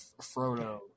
Frodo